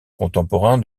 contemporain